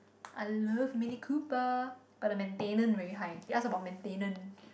I love mini cooper but the maintenance very high they ask about maintenance